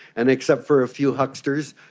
and, except for a few hucksters,